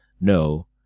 No